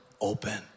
Open